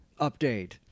Update